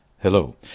Hello